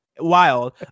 wild